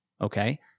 okay